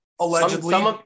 Allegedly